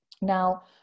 Now